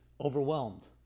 overwhelmed